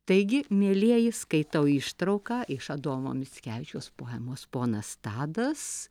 taigi mielieji skaitau ištrauką iš adomo mickevičiaus poemos ponas tadas